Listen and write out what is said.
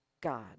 God